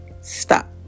stop